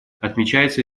отмечается